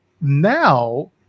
Now